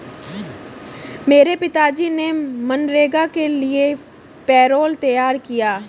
मेरे पिताजी ने मनरेगा के लिए पैरोल तैयार किया